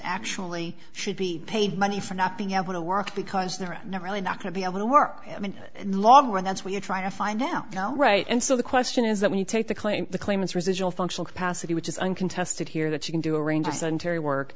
actually should be paid money for not being able to work because they're not really not going to be able to work in the long run that's what you're trying to find now right and so the question is that when you take the claim the claim is residual functional capacity which is uncontested here that you can do a range o